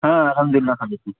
ہاں الحمداللہ خیریت ہے